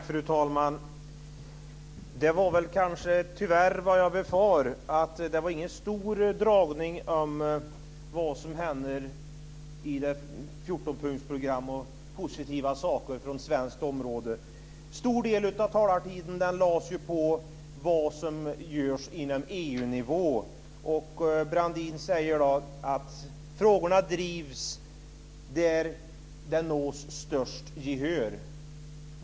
Fru talman! Det blev tyvärr som jag befarade. Det var ingen stor dragning av vilka positiva saker för En stor del av talartiden ägnades åt att tala om vad som görs på EU-nivå. Brandin säger att frågorna drivs där de får störst gehör.